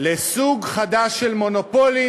לסוג חדש של מונופולים,